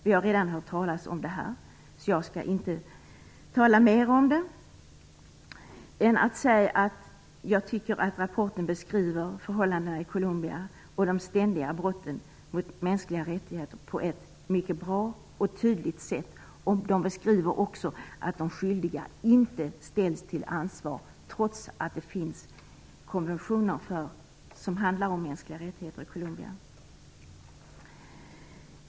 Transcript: Vi har redan hört talas om detta, så jag skall inte säga något mer om det. Jag tycker att man i rapporten beskriver förhållandena i Colombia och de ständiga brotten mot mänskliga rättigheter på ett mycket bra och tydligt sätt. Man beskriver också att de skyldiga inte ställs till ansvar trots att det i Colombia finns konventioner som handlar om mänskliga rättigheter.